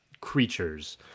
creatures